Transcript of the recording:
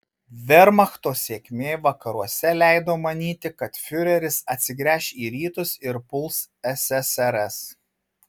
vermachto sėkmė vakaruose leido manyti kad fiureris atsigręš į rytus ir puls ssrs